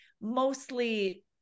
mostly